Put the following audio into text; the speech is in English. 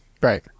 Right